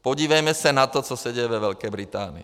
Podívejme se na to, co se děje ve Velké Británii.